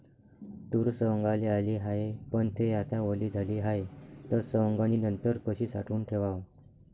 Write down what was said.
तूर सवंगाले आली हाये, पन थे आता वली झाली हाये, त सवंगनीनंतर कशी साठवून ठेवाव?